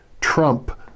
trump